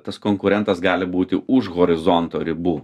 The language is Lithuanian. tas konkurentas gali būti už horizonto ribų